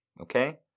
Okay